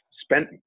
spent